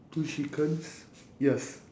two chickens yes